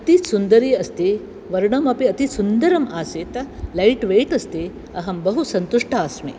अतिसुन्दरी अस्ति वर्णम् अपि अतिसुन्दरम् आसीत् लैट् वेट् अस्ति अहं बहुसन्तुष्टा अस्मि